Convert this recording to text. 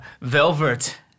Velvet